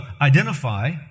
identify